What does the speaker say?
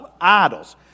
idols